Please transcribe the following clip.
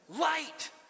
Light